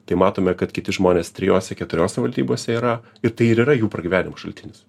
tai matome kad kiti žmonės trijose keturiose valdybose yra ir tai ir yra jų pragyvenimo šaltinis